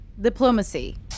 Diplomacy